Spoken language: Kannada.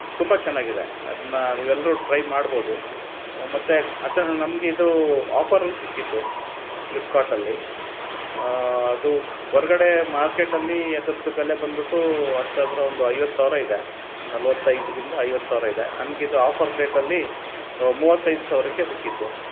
ತುಂಬ ಚೆನ್ನಾಗಿದೆ ಅದನ್ನ ನೀವೆಲ್ಲರೂ ಟ್ರೈ ಮಾಡ್ಬೋದು ಮತ್ತು ನಮ್ಗೆ ಇದು ಆಫರಲ್ಲಿ ಸಿಕ್ಕಿದ್ದು ಫ್ಲಿಪ್ಕಾರ್ಟಲ್ಲಿ ಅದು ಹೊರ್ಗಡೆ ಮಾರ್ಕೆಟ್ಟಲ್ಲಿ ಅದರದ್ದು ಬೆಲೆ ಬಂದ್ಬಿಟ್ಟು ಹತ್ರತ್ರ ಒಂದು ಐವತ್ತು ಸಾವಿರ ಇದೆ ನಲ್ವತ್ತೈದರಿಂದ ಐವತ್ತು ಸಾವಿರ ಇದೆ ನನ್ಗೆ ಇದು ಆಫರ್ ರೇಟಲ್ಲಿ ಮೂವತ್ತೈದು ಸಾವಿರಕ್ಕೆ ಸಿಕ್ಕಿದ್ದು